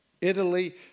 Italy